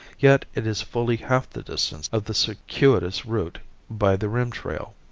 yet it is fully half the distance of the circuitous route by the rim trail.